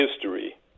history